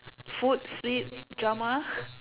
food sleep drama